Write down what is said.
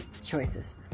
choices